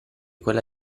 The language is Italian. quella